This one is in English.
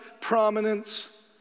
prominence